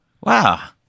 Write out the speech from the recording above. Wow